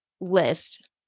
list